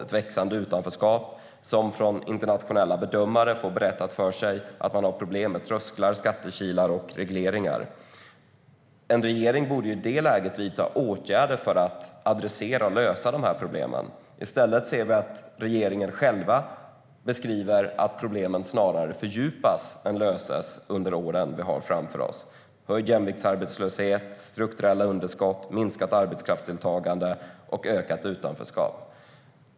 Regeringen får från internationella bedömare berättat för sig att det finns problem med trösklar, skattekilar och regleringar. En regering borde i det läget vidta åtgärder för att adressera och lösa problemen. I stället ser vi att regeringen själv beskriver att problemen snarare fördjupas än löses under åren vi har framför oss. Det handlar om jämviktsarbetslöshet, strukturella underskott, minskat arbetskraftsdeltagande och ökat utanförskap.